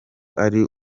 ari